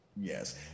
Yes